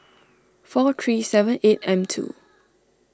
four three seven eight M two